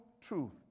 truth